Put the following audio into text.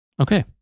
okay